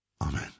Amen